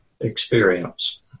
experience